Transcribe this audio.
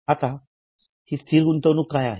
आता ही स्थिर गुंतवणूक काय आहे